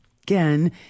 Again